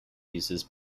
uses